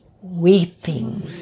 weeping